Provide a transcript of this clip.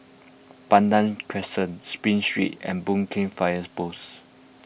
Pandan Crescent Spring Street and Boon Keng Fires Post